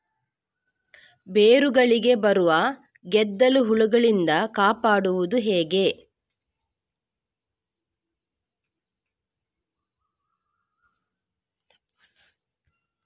ಬೇರುಗಳಿಗೆ ಬರುವ ಗೆದ್ದಲು ಹುಳಗಳಿಂದ ಕಾಪಾಡುವುದು ಹೇಗೆ?